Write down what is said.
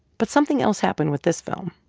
but something else happened with this film.